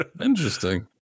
interesting